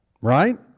Right